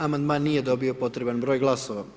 Amandman nije dobio potreban broj glasova.